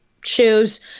shoes